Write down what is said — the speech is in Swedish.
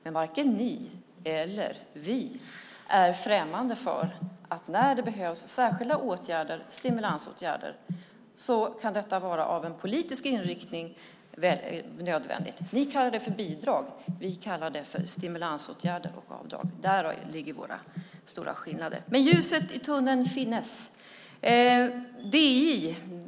Men varken ni eller vi är främmande för att när det behövs särskilda åtgärder, stimulansåtgärder, kan det vara nödvändigt när det gäller den politiska inriktningen. Ni kallar det för bidrag. Vi kallar det för stimulansåtgärder och avdrag. Där finns den stora skillnaden mellan oss. Men ljuset i tunneln finns.